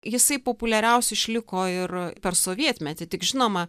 jisai populiariausiu išliko ir per sovietmetį tik žinoma